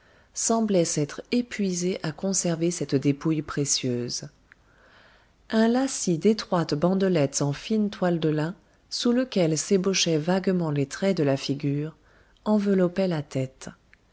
semblait s'être épuisé à conserver cette dépouille précieuse un lacis d'étroites bandelettes en fine toile de lin sous lequel s'ébauchaient vaguement les traits de la figure enveloppait la tête